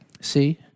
See